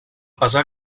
pesar